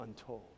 untold